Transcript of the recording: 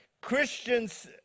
Christians